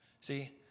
See